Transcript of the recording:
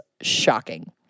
shocking